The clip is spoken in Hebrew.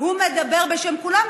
הוא מדבר בשם כולם,